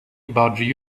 about